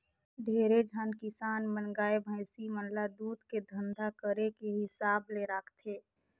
ढेरे झन किसान मन गाय, भइसी मन ल दूद के धंधा करे के हिसाब ले राखथे